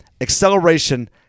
acceleration